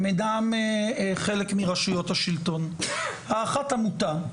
הם אינם חלק מרשויות השלטון, האחת עמותה,